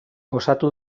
osatu